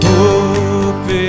Hope